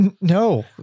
No